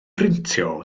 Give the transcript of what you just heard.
brintio